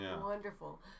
wonderful